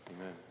Amen